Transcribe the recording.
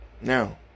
now